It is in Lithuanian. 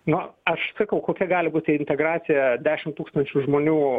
nu aš sakau kokia gali būti integracija dešim tūkstančių žmonių